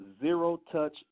zero-touch